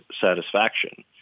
satisfaction